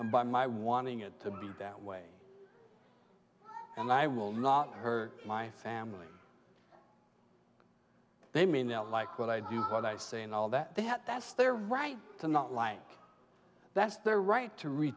and by my wanting it to be that way and i will not hurt my family they may not like what i do what i say and all that they have that's their right to not like that's their right to re